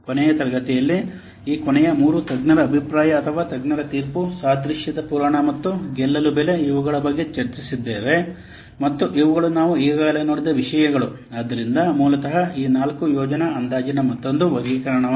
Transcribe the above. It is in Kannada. ಕೊನೆಯ ತರಗತಿಯಲ್ಲಿ ಈ ಕೊನೆಯ ಮೂರು ತಜ್ಞರ ಅಭಿಪ್ರಾಯ ಅಥವಾ ತಜ್ಞರ ತೀರ್ಪು ಸಾದೃಶ್ಯದ ಪುರಾಣ ಮತ್ತು ಗೆಲ್ಲಲು ಬೆಲೆ ಇವುಗಳ ಬಗ್ಗೆ ಚರ್ಚಿಸಿದ್ದೇವೆ ಮತ್ತು ಇವುಗಳು ನಾವು ಈಗಾಗಲೇ ನೋಡಿದ ವಿಷಯಗಳು ಆದ್ದರಿಂದ ಮೂಲತಃ ಈ ನಾಲ್ಕು ಯೋಜನಾ ಅಂದಾಜಿನ ಮತ್ತೊಂದು ವರ್ಗೀಕರಣವಾಗಿದೆ